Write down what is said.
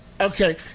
okay